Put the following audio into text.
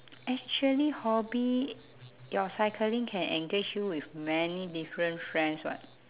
actually hobby your cycling can engage you with many different friends what